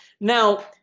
Now